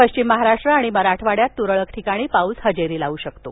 पश्चिम महाराष्ट्र आणि मराठवाड्यात तुरळक ठिकाणी पाऊस हजेरी लावू शकतो